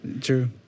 True